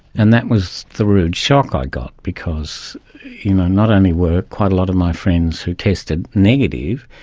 and that was the rude shock i got, because you know not only were quite a lot of my friends who tested negative,